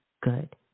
good